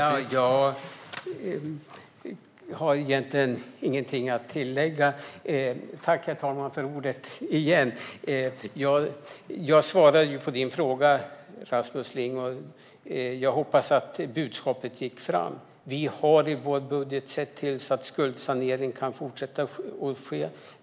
Herr talman! Jag har egentligen ingenting att tillägga. Jag svarade på din fråga, Rasmus Ling, och jag hoppas att budskapet gick fram: Vi har i vår budget sett till att skuldsanering kan fortsätta ske.